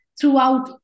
throughout